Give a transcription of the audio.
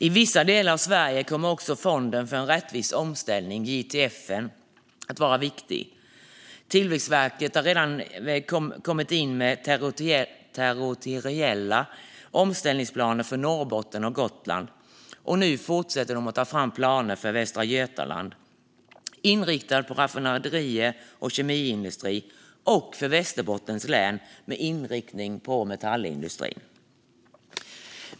I vissa delar av Sverige kommer också Fonden för en rättvis omställning, JTF, att vara viktig. Tillväxtverket har redan inkommit med territoriella omställningsplaner för Norrbotten och Gotland, och nu fortsätter man att ta fram planer för Västra Götaland, inriktat på raffinaderier och kemiindustri, och för Västerbottens län med inriktning på metallindustri.